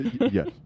yes